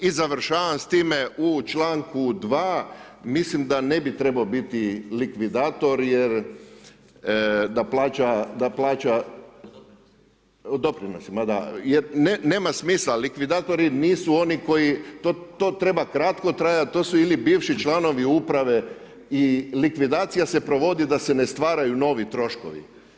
I završavam s time u članku 2. mislim da ne bi trebao biti likvidator jer da plaća, da plaća [[Upadica: Doprinosima.]] doprinosima da, nema smisla likvidatori nisu oni koji to treba kratko trajat, to su ili bivši članovi uprave i likvidacija se provodi da se ne stvaraju novi troškovi.